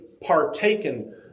partaken